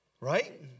right